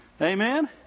Amen